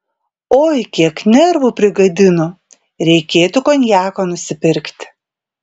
oi kiek nervų prigadino reikėtų konjako nusipirkti